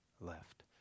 left